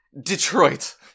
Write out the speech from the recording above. Detroit